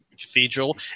cathedral